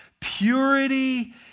purity